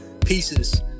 pieces